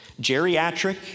geriatric